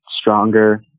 stronger